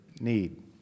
need